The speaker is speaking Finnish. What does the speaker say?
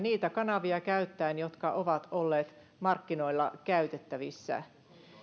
hankkinut niitä kanavia käyttäen jotka ovat olleet markkinoilla käytettävissä